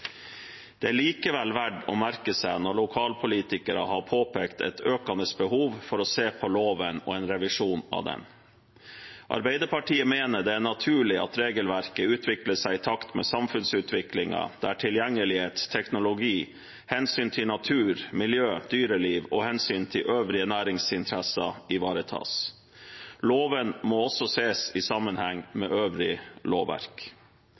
Det er likevel verdt å merke seg at lokalpolitikere har påpekt et økende behov for å se på loven og en revisjon av den. Arbeiderpartiet mener det er naturlig at regelverket utvikler seg i takt med samfunnsutviklingen, der tilgjengelighet, teknologi og hensynet til natur, miljø og dyreliv og hensynet til øvrige næringsinteresser ivaretas. Loven må også ses i sammenheng med øvrig lovverk.